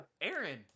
Aaron